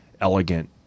elegant